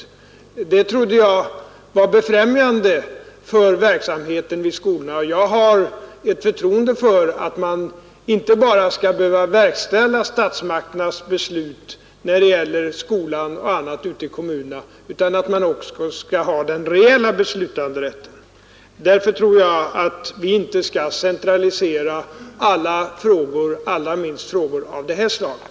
Sådana trodde jag var befrämjande för verksamheten vid skolorna, och jag har förtroende för att man ute i kommunerna inte bara skall behöva verkställa statsmakternas beslut när det gäller skolan och annat utan att man också skall ha den reella beslutanderätten. Därför anser jag att vi inte skall centralisera alla frågor, allra minst frågor av det här slaget.